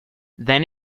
then